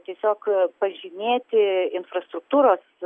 tiesiog pažymėti infrastruktūros